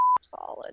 solid